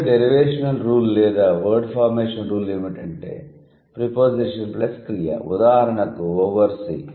చివరి derivational rule లేదా word formation rule ఏమిటంటే ప్రిపోజిషన్ ప్లస్ క్రియ ఉదాహరణకు ఓవర్ సీ